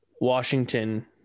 washington